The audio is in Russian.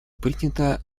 принята